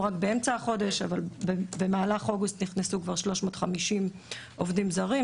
אנחנו רק באמצע החודש אבל במהלך אוגוסט נכנסו כבר 350 עובדים זרים.